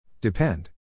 Depend